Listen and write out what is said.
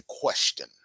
question